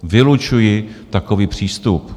Vylučuji takový přístup.